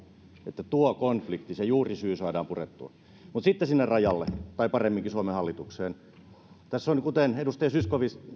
että tuo konflikti se juurisyy saadaan purettua sitten sinne rajalle tai paremminkin suomen hallitukseen tässä on kuten edustaja zyskowicz